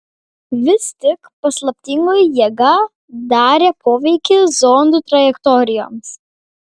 vis tik paslaptingoji jėga darė poveikį zondų trajektorijoms